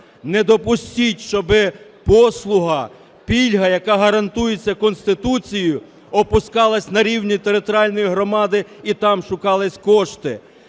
Не допустіть, щоби послуга, пільга, яка гарантується Конституцією, опускалася на рівні територіальної громади і там шукались кошти.